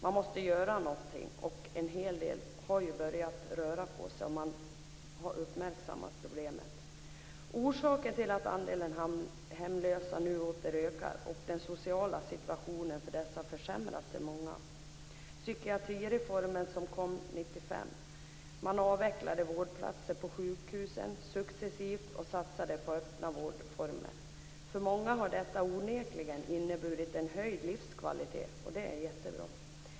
Man måste göra någonting, och en hel del har ju börjat röra på sig. Man har uppmärksammat problemen. Orsaken till att antalet hemlösa nu åter ökar och till att den sociala situationen för de hemlösa försämras är många. Bl.a. är det psykiatrireformen som kom 1995. Man avvecklade successivt vårdplatser på sjukhusen och satsade på öppna vårdformer. För många har detta onekligen inneburit en höjd livskvalitet, och det är jättebra.